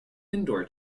indoor